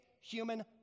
human